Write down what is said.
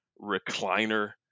recliner